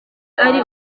ari